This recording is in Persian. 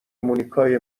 مونیکای